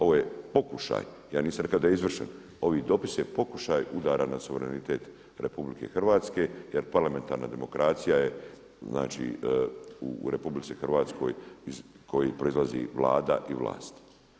Ovo je pokušaj, ja nisam rekao da je izvršen, ovaj dopis je pokušaj udara na suverenitet RH jer parlamentarna demokracija je, znači u RH iz koje proizlazi Vlada i vlast.